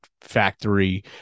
factory